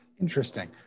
Interesting